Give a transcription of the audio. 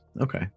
Okay